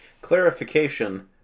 Clarification